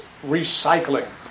recycling